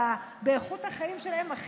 באיכות החיים שלהם,